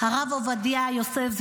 הרב עובדיה יוסף,